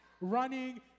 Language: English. running